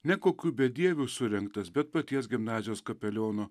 ne kokių bedievių surengtas bet paties gimnazijos kapeliono